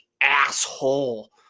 asshole